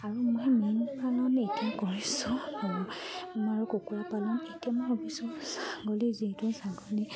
আৰু মই মেইন পালন এতিয়া কৰিছোঁ আৰু কুকুৰা পালন এতিয়া মই ভৱিষ্যতে ছাগলী যিহেতু ছাগলী